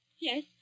Yes